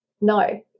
no